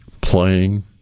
playing